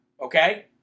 okay